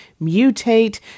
mutate